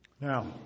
Now